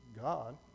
God